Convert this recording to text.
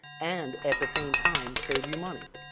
and at the same time, save you money.